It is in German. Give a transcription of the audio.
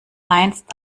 einst